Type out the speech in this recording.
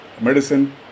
medicine